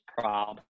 problem